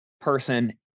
person